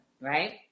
right